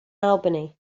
albany